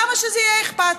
למה שזה יהיה אכפת?